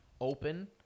open